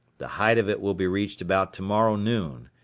the height of it will be reached about tomorrow noon.